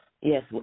Yes